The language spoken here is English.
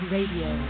Radio